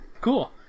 Cool